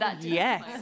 Yes